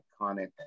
iconic